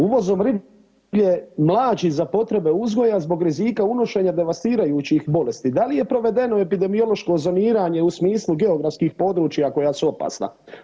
Uvozom riblje mlađi za potrebe uzgoja zbog rizika unošenja devastirajućih bolesti, da li je provedeno epidemiološko zoniranje u smislu geografskih područja koja su opasna?